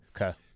Okay